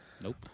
Nope